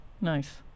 Nice